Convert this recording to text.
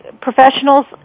professionals